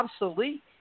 obsolete